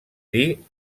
dir